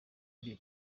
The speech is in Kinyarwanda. ari